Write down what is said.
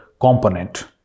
component